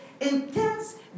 intense